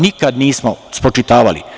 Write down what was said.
Nikad nismo spočitavali.